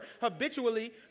habitually